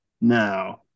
now